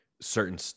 certain